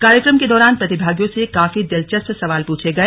कार्यक्रम के दौरान प्रतिभागियों से काफी दिलचस्प सवाल प्रछे गए